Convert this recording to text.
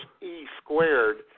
E-squared